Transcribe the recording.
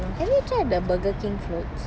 have you tried the burger king's floats